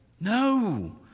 No